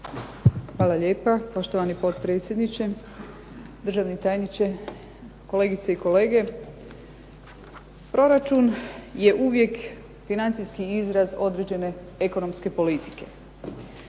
Hvala lijepa. Poštovani potpredsjedniče, državni tajniče, kolegice i kolege. Proračun je uvijek financijski izraz određene ekonomske politike.